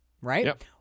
right